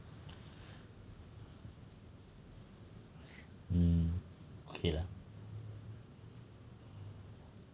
um okay lah